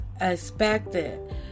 expected